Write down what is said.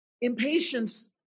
impatience